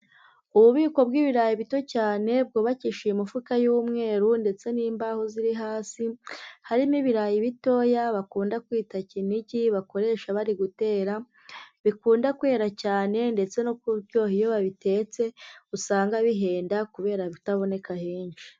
Ububiko bw'ibirayi bito cyane, bwubakishije imifuka y'umweru ndetse n'imbaho ziri hasi, hari n'ibirayi bitoya bakunda kwita kinigi bakoresha bari gutera, bikunda kwera cyane ndetse no kuryoha iyo wabitetse, usanga bihenda kubera bitaboneka henshi.